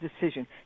decision